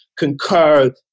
concur